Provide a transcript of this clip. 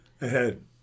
ahead